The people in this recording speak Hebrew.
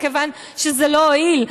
מכיוון שזה לא הועיל.